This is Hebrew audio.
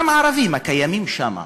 מה עם הערבים הקיימים שם,